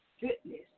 goodness